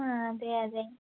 ആ അതെ അതെ